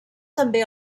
també